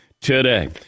today